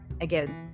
again